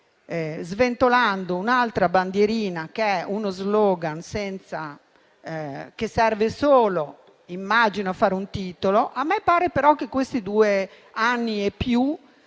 sventolando un'altra bandierina, che è uno *slogan* che serve solo - immagino - a fare un titolo. A me pare, però, che questi due anni e più